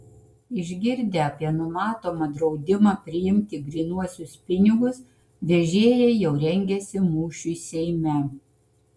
išgirdę apie numatomą draudimą priimti grynuosius pinigus vežėjai jau rengiasi mūšiui seime